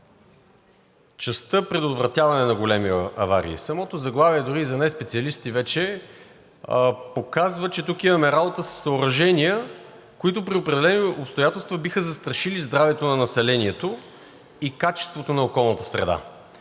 частта „Предотвратяване на големи аварии“. Самото заглавие дори и за неспециалисти вече показва, че тук имаме работа със съоръжения, които при определени обстоятелства биха застрашили здравето на населението и качеството на околната среда.